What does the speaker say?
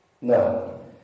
No